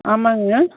ஆமாம்ங்க